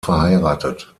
verheiratet